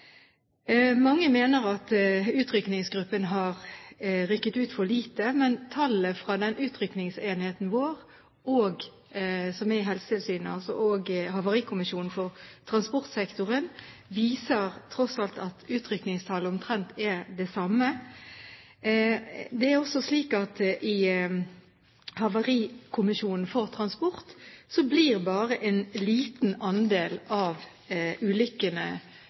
Mange mener at utrykningsgruppen har rykket ut for lite, men tallene fra utrykningsenheten vår, altså i Helsetilsynet, og Statens havarikommisjon for transport viser at utrykningstallene omtrent er de samme. Det er også slik at i havarikommisjonen for transport blir bare en liten andel av ulykkene